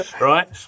right